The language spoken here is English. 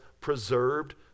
preserved